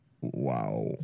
Wow